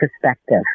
perspective